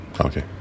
Okay